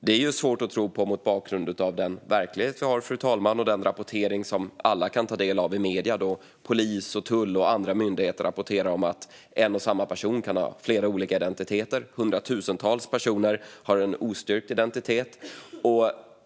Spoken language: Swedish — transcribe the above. Detta är svårt att tro på mot bakgrund av den verklighet vi har, fru talman, och den rapportering som alla kan ta del av i medierna där polis, tull och andra myndigheter säger att en och samma person kan ha flera olika identiteter och att hundratusentals personer har en ostyrkt identitet.